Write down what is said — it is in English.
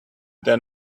than